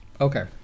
Okay